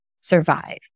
survive